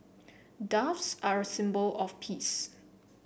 doves are a symbol of peace